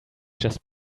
just